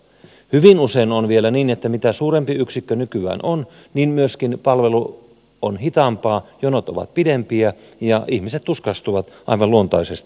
hyvin usein on vielä niin että mitä suurempi yksikkö nykyään on sitä hitaampaa myöskin on palvelu sitä pidempiä ovat jonot ja ihmiset tuskastuvat aivan luontaisesti sitten